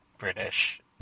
British